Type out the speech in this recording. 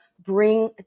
bring